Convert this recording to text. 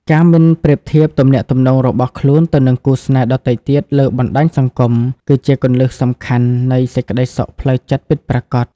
ការមិនប្រៀបធៀបទំនាក់ទំនងរបស់ខ្លួនទៅនឹងគូស្នេហ៍ដទៃទៀតលើបណ្ដាញសង្គម គឺជាគន្លឹះសំខាន់នៃសេចក្ដីសុខផ្លូវចិត្តពិតប្រាកដ។